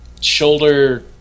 shoulder